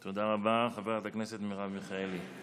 תודה רבה, חברת הכנסת מרב מיכאלי.